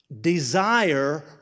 desire